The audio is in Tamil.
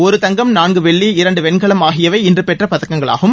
ஒரு தங்கம் நான்கு வெள்ளி இரண்டு வெண்கலம் ஆகியவை இன்று பெற்ற பதக்கங்களாகும்